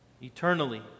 eternally